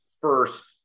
first